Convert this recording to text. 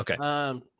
Okay